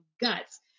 guts